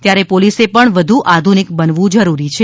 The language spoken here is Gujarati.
ત્યારે પોલીસે પણ વધુ આધુનિક બનવું જરૂરી છે